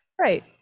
Right